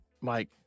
mike